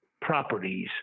properties